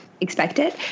expected